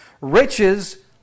Riches